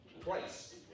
twice